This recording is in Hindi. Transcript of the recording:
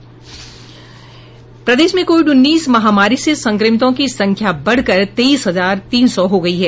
प्रदेश में कोविड उन्नीस महामारी से संक्रमितों की संख्या बढ़कर तेईस हजार तीन सौ हो गयी है